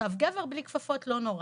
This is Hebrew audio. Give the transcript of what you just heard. עכשיו גבר בלי כפפות זה לא נורא,